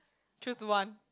choose one